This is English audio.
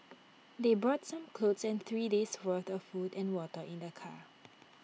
they brought some clothes and three days' worth of food and water in their car